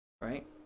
Right